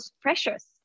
precious